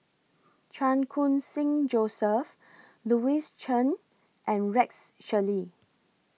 Chan Khun Sing Joseph Louis Chen and Rex Shelley